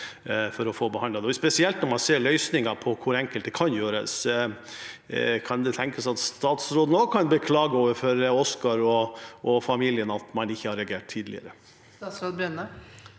spesielt når man ser løsninger på hvor enkelt det kan gjøres. Kan det tenkes at statsråden også kan beklage overfor Oscar og familien at man ikke har reagert tidligere?